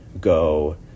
go